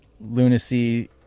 lunacy